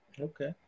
Okay